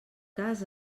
cas